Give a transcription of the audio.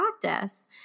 practice